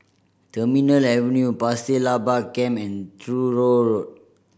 Terminal Avenue Pasir Laba Camp and Truro Road